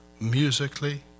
musically